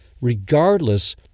regardless